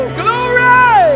glory